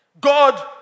God